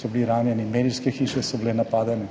so bili ranjeni, medijske hiše so bile napadene.